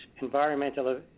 environmental